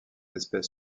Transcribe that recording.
espèce